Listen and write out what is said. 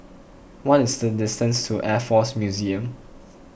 what is the distance to Air force Museum